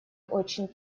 очень